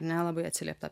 ne labai atsiliepta